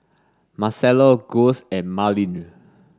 Marcelo Gus and Marlin